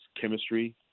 chemistry